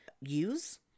use